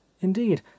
Indeed